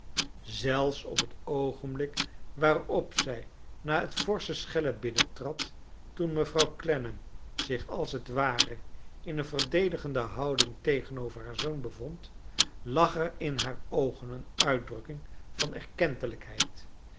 zelfs op het oogenblik waarop zij na het forsche schellen binnentrad toen mevrouw clennam zich als t ware in een verdedigende houding tegen over haar zoon be vond lag er in haar oogen een uitdrukking van